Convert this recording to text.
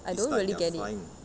I don't really get it